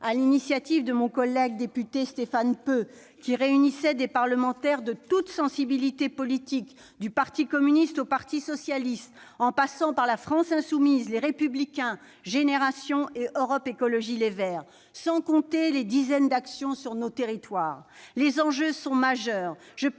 l'initiative de mon collègue député Stéphane Peu, qui réunissait des parlementaires de toutes sensibilités politiques, du PCF au PS, en passant par la France insoumise, Les Républicains, Génération.s et Europe Écologie Les Verts. Sans compter les dizaines d'actions sur nos territoires. Les enjeux sont majeurs.